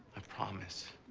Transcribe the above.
i promise.